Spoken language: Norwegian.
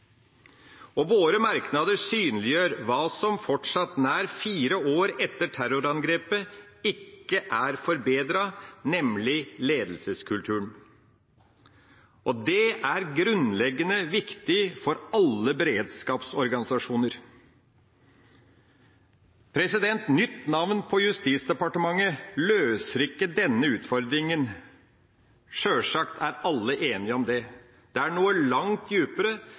statsråder. Våre merknader synliggjør hva som fortsatt, nær fire år etter terrorangrepet, ikke er forbedret, nemlig ledelseskulturen. Det er grunnleggende viktig for alle beredskapsorganisasjoner. Nytt navn på Justisdepartementet løser ikke denne utfordringa. Sjølsagt er alle enige om det. Det er noe langt